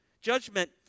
Judgment